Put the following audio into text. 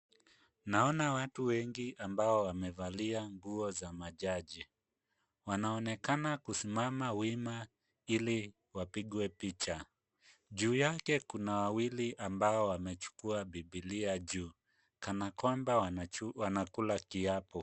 Naona watu wengi ambao wamevalia nguo za majaji. Wanaonekana kusimama wima ili wapigwe picha. Juu yake kuna wawili ambao wamechukua Bibilia juu kana kwamba wanakula kiapo.